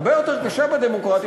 הרבה יותר קשה בדמוקרטיה,